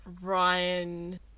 Ryan